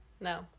No